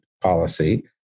policy